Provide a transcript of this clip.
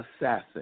assassin